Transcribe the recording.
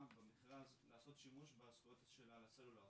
במכרז לעשות שימוש בזכויות שלה לסלולר.